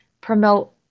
promote